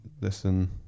listen